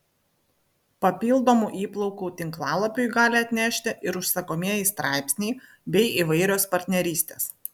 papildomų įplaukų tinklalapiui gali atnešti ir užsakomieji straipsniai bei įvairios partnerystės